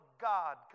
God